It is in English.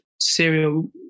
serial